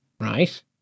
right